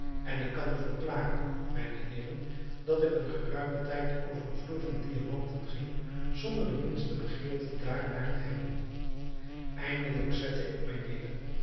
en ik kan u verklaren mijne heeren dat ik een geruimen tijd over een vloer van diamanten ging zonder de minste begeerte daarnaar te hebben eindelijk zette ik mij neder